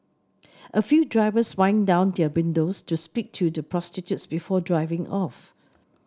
a few drivers wind down their windows to speak to the prostitutes before driving off